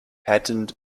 patterned